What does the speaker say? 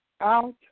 out